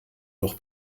noch